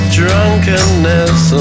drunkenness